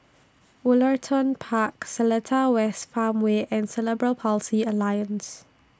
Woollerton Park Seletar West Farmway and Cerebral Palsy Alliance